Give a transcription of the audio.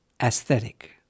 aesthetic